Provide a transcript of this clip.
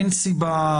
אין סיבה,